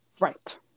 Right